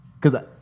Cause